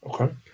Okay